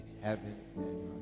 heaven